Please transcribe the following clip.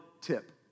tip